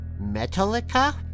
Metallica